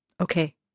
okay